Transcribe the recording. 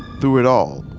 through it all,